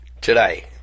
today